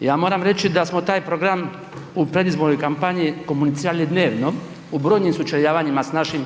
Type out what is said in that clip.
Ja moram reći da smo taj program u predizbornoj kampanji komunicirali dnevno u brojnim sučeljavanjima s našim